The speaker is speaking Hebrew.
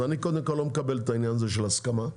אני לא מקבל את העניין הזה של ההסכמה.